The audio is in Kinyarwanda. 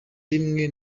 rimwe